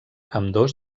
ambdós